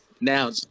Now